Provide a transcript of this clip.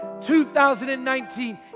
2019